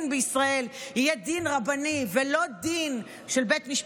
בישראל יהיה דין רבני ולא דין של בית משפט,